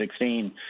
2016